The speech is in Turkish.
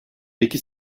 peki